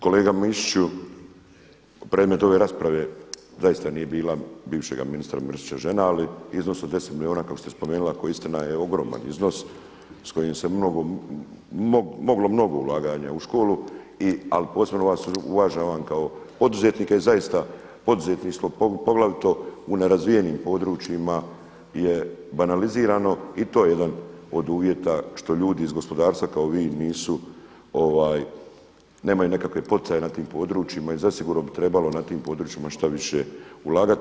Kolega Mišiću, predmet ove rasprave zaista nije bila bivšeg ministra Mrsića žena ali iznos od 10 milijuna koji ste spomenuli ako je istina je ogroman iznos s kojim se moglo mnogo ulaganja u školu ali posebno vas uvažavam kao poduzetnika i zaista poduzetništvo poglavito u nerazvijenim područjima je banalizirani i to je jedan od uvjeta za što ljudi iz gospodarstva kao vi nisu, nemaju nekakve poticaje na tim područjima i zasigurno bi trebalo na tim područjima što više ulagati.